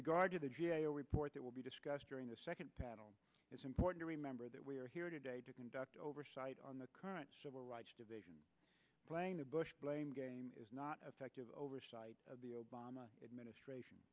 regard to the g a o report that will be discussed during the second panel it's important to remember that we are here today to conduct oversight on the current civil rights division playing a bush blame game is not effective oversight of the obama administration